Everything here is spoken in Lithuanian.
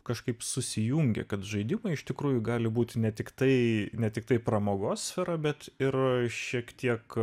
kažkaip susijungė kad žaidimai iš tikrųjų gali būti ne tiktai ne tiktai pramogos sfera bet ir šiek tiek